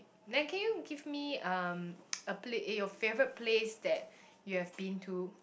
then can you give me um a pla~ eh your favourite place that you have been to